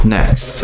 Next